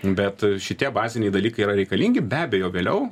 bet šitie baziniai dalykai yra reikalingi be abejo vėliau